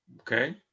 Okay